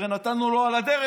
הרי נתנו לו על הדרך,